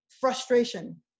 Frustration